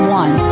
one